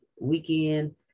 weekend